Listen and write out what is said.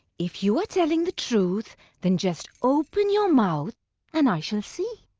if you are telling the truth then just open your mouth and i shall see.